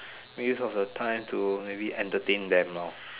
make use of the time to maybe entertain them lah